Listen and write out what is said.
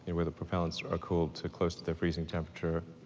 and where the propellants are ah cooled to close to their freezing temperature